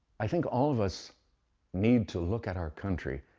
i think all of us need to look at our country,